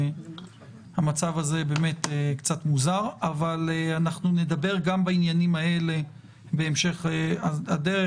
המצב הזה באמת מוזר אבל אנחנו נדבר גם בעניינים האלה בהמשך הדרך,